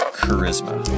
charisma